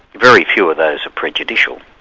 very few of those are prejudicial.